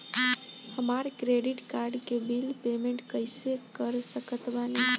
हमार credit card के bill payment कइसे कर सकत बानी?